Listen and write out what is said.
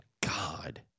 God